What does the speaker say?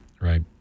Right